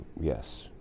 yes